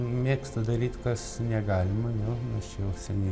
mėgsta daryt kas negalima mūsų jau seniai